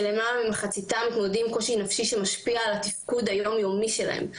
שיותר ממחציתם מתמודדים עם קושי נפשי שמשפיע על התפקוד היום-יומי שלהם.